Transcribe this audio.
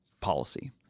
policy